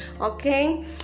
Okay